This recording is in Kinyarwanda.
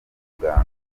muganga